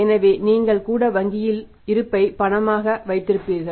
எனவே நீங்கள் கூட வங்கியில் வங்கி இருப்பை பண இருப்பாக வைத்திருக்கிறீர்கள்